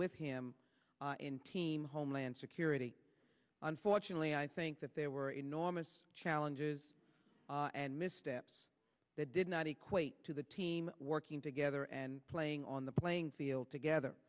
with him in team homeland security unfortunately i think that there were enormous challenges and missteps that did not equate to the team working together and playing on the playing field together